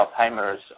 Alzheimer's